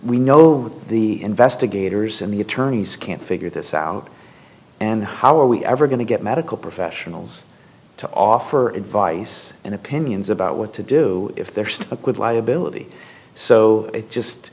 we know the investigators and the attorneys can't figure this out and how are we ever going to get medical professionals to offer advice and opinions about what to do if they're stuck with liability so it's just